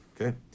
okay